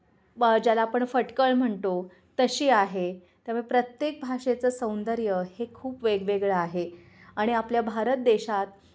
ब ज्याला आपण फटकळ म्हणतो तशी आहे त्यामुळे प्रत्येक भाषेचं सौंदर्य हे खूप वेगवेगळं आहे आणि आपल्या भारत देशात